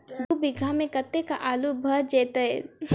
दु बीघा मे कतेक आलु भऽ जेतय?